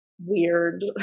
weird